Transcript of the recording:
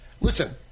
listen